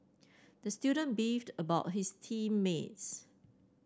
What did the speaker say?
the student beefed about his team mates